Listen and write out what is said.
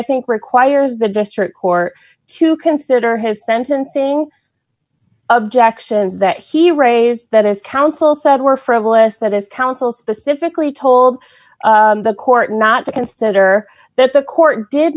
think requires the district court to consider his sentencing objection that he raised that if counsel said were frivolous that if counsel specifically told the court not to consider that the court did